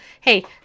Hey